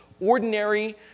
ordinary